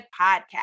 podcast